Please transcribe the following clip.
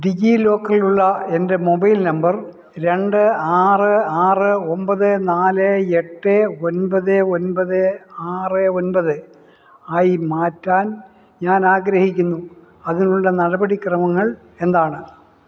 ഡിജിലോക്കറിലുള്ള എൻ്റെ mobile number രണ്ട് ആറ് ആറ് ഒമ്പത് നാല് എട്ട് ഒൻപത് ഒൻപത് ആറ് ഒൻപത് ആയി മാറ്റാൻ ഞാൻ ആഗ്രഹിക്കുന്നു അതിനുള്ള നടപടിക്രമങ്ങൾ എന്താണ്